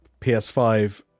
ps5